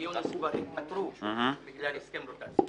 יונס כבר התפטרו בגלל הסכם רוטציה.